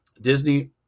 Disney